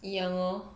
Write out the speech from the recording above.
一样 lor